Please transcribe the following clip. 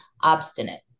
obstinate